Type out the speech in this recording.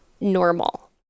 normal